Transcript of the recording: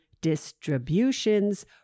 distributions